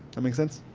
that make sense?